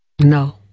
no